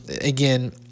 Again